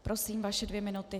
Prosím, vaše dvě minuty.